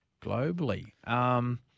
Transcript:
Globally